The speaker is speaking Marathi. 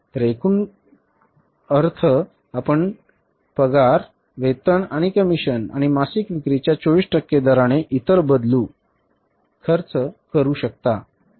तर एकूण अर्थः आपण पगार वेतन आणि कमिशन आणि मासिक विक्रीच्या 24 टक्के दराने इतर बदलू खर्च करू शकता